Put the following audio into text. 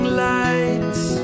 lights